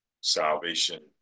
salvation